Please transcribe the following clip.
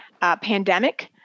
pandemic